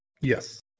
Yes